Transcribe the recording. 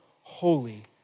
holy